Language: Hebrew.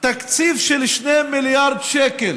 שתקציב של 2 מיליארד שקל